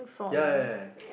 ya ya